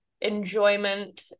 enjoyment